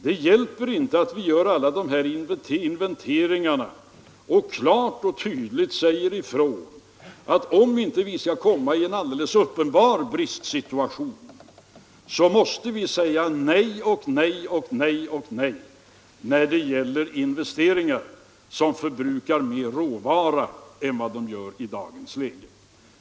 Det hjälper inte att vi gör alla de här inventeringarna och klart och tydligt säger ifrån att om vi inte skall komma i en alldeles uppenbar bristsituation måste vi säga nej och nej, när det gäller investeringar som förbrukar mer råvaror än vad man förbrukar i dagens läge.